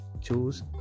choose